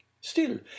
Still